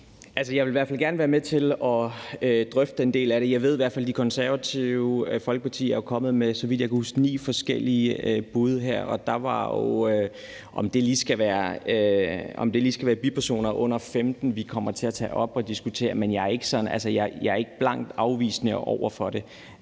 i hvert fald gerne være med til at drøfte den del af det. Jeg ved i hvert fald, at Det Konservative Folkeparti jo er kommet med ni forskellige bud her, så vidt jeg kan huske. Om det lige skal være det med bipersoner under 15 år, som vi kommer til at tage op og diskutere, kan jeg ikke sige nu, men jeg er ikke blankt afvisende over for det.